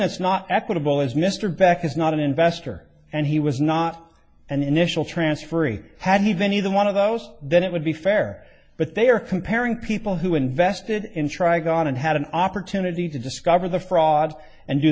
it's not equitable as mr back is not an investor and he was not an initial transferee had he been either one of those then it would be fair but they are comparing people who invested in try gone and had an opportunity to discover the fraud and do